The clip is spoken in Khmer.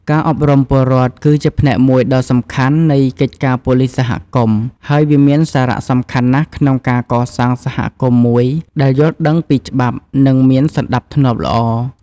ការអប់រំពលរដ្ឋគឺជាផ្នែកមួយដ៏សំខាន់នៃកិច្ចការប៉ូលីសសហគមន៍ ហើយវាមានសារៈសំខាន់ណាស់ក្នុងការ កសាងសហគមន៍មួយដែលយល់ដឹងពីច្បាប់ និងមានសណ្តាប់ធ្នាប់ល្អ។